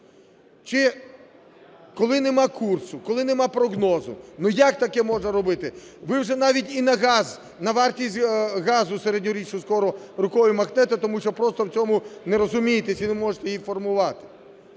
Коли немає курсу, коли немає прогнозу, як таке можна робити? Ви вже навіть і на газ, на вартість газу середньорічну скоро рукою махнете, тому що просто в цьому не розумієтесь і не можете її формувати.